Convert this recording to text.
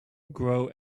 grow